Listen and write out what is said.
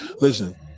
Listen